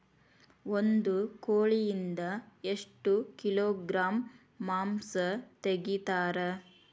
ಒಂದು ಕೋಳಿಯಿಂದ ಎಷ್ಟು ಕಿಲೋಗ್ರಾಂ ಮಾಂಸ ತೆಗಿತಾರ?